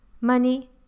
money